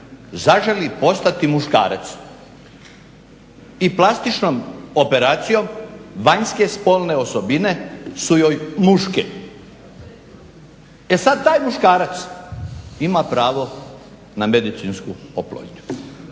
zaželi postati muškarac i plastičnom operacijom vanjske spolne osobine su joj muške. E sad taj muškarac ima pravo na medicinsku oplodnju.